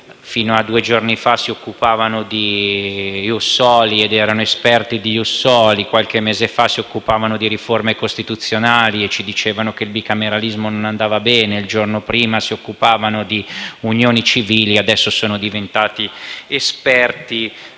fino a due giorni fa si occupavano di Ius Soli ed erano esperti in materia, qualche mese fa si occupavano di riforme costituzionali e ci dicevano che il bicameralismo non andava bene, nonché delle unioni civili, adesso sono diventati esperti